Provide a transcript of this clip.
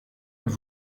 êtes